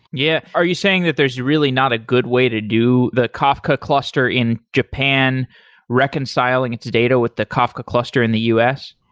yeah. are you saying that there's really not a good way to do the kafka cluster in japan reconciling its data with the kafka cluster in the u s?